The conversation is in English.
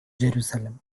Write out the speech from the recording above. jerusalem